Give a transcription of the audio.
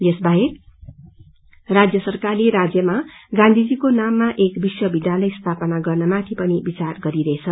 यसबाहेक राज्य सरकारले राज्यमा गांधीजीको नामा एक विश्व विध्यालय स्थापना गर्नमाथि पनि विचार गरिरहेछ